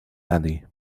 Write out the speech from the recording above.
alley